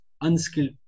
unskilled